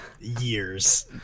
years